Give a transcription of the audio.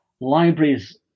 libraries